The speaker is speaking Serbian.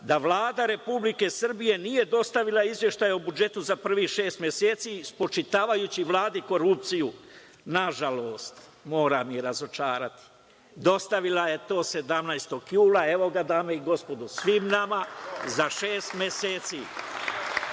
da Vlada Republike Srbije nije dostavila izveštaj o budžetu za prvih šest meseci spočitavajući Vladi korupciju. Nažalost, moram ih razočarati, dostavila je to 17. jula, evo ga, dame i gospodo, svima nama za šest meseci.